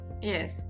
Yes